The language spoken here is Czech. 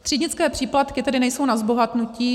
Třídnické příplatky tedy nejsou na zbohatnutí.